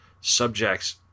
subjects –